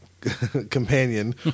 companion